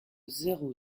zéro